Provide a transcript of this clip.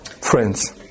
Friends